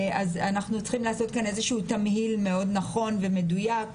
אנחנו צריכים לעשות כאן איזשהו תמהיל מאוד נכון ומדויק,